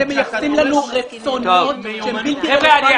אתם מייחסים לנו רצונות שהם בלתי רלוונטיים והם לא קיימים.